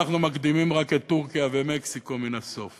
אנחנו מקדימים רק את טורקיה ומקסיקו מן הסוף